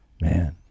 Man